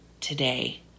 today